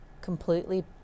completely